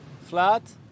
flat